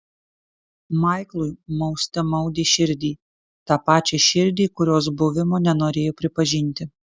maiklui mauste maudė širdį tą pačią širdį kurios buvimo nenorėjo pripažinti